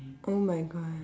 oh my god